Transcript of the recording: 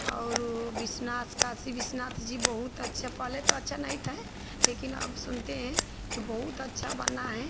और विश्वनाथ काशी विश्वनाथ जी बहत अच्छे पहले तो अच्छे नहीं थे लेकिन अब सुनते हैं कि बहुत अच्छा बना है